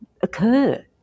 occur